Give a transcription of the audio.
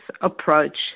approach